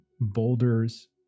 boulders